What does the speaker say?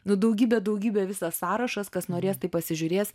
nu daugybė daugybė visas sąrašas kas norės tai pasižiūrės